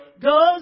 goes